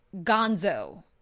gonzo